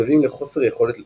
המביאים לחוסר יכולת לתפקד,